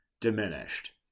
diminished